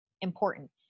important